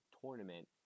tournament